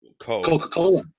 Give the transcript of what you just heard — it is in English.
Coca-Cola